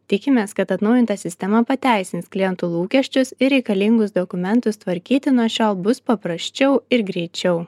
tikimės kad atnaujinta sistema pateisins klientų lūkesčius ir reikalingus dokumentus tvarkyti nuo šiol bus paprasčiau ir greičiau